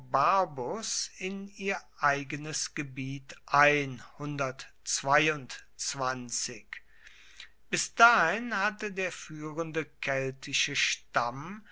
in ihr eigenes gebiet ein bis dahin hatte der führende keltische stamm